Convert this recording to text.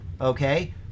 okay